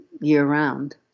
year-round